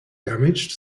damaged